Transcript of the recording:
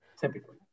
Typically